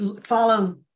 follow